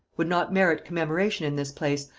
would not merit commemoration in this place,